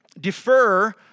defer